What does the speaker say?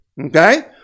Okay